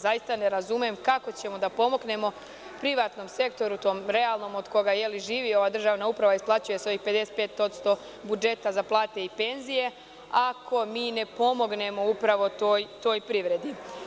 Zaista ne razumem kako ćemo da pomognemo privatnom sektoru, tom realnom, od koga živi ova državna uprava i isplaćuje svojih 55% budžeta za plate i penzije, ako mi ne pomognemo upravo toj privredi?